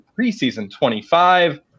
PRESEASON25